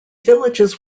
villages